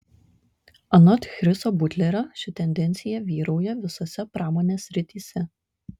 anot chriso butlerio ši tendencija vyrauja visose pramonės srityse